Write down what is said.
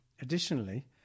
Additionally